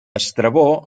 estrabó